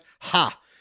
Ha